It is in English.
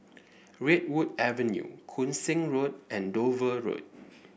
Redwood Avenue Koon Seng Road and Dover Road